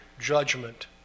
judgment